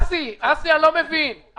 אסי, אני לא מבין.